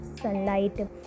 sunlight